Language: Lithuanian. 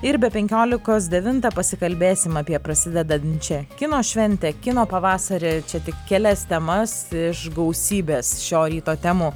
ir be penkiolikos devintą pasikalbėsim apie prasidedančią kino šventę kino pavasarį čia tik kelias temas iš gausybės šio ryto temų